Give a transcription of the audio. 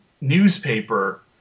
newspaper